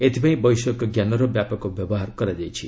ଏଥିପାଇଁ ବୈଷୟିକଜ୍ଞାନର ବ୍ୟାପକ ବ୍ୟବହାର କରାଯାଇଛି